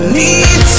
need